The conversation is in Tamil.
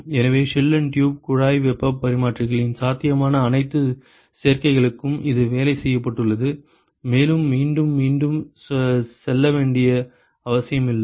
எனவே ஷெல் அண்ட் டியூப் குழாய் வெப்பப் பரிமாற்றிகளின் சாத்தியமான அனைத்து சேர்க்கைகளுக்கும் இது வேலை செய்யப்பட்டுள்ளது மேலும் மீண்டும் மீண்டும் செல்ல வேண்டிய அவசியமில்லை